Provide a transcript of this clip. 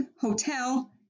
hotel